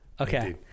Okay